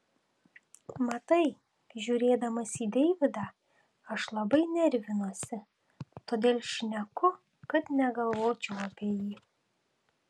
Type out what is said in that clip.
matai žiūrėdamas į deividą aš labai nervinuosi todėl šneku kad negalvočiau apie jį